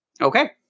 Okay